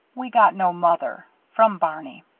we got no mother. from barney.